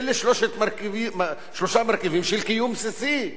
אלה שלושה מרכיבים של קיום בסיסי,